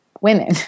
women